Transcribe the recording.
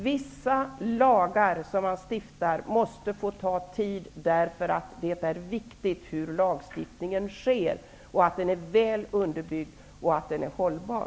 Viss lagstiftning måste få ta tid därför att det är viktigt hur lagstiftningen sker och att den är väl underbyggd och hållbar.